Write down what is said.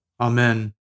Amen